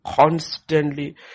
constantly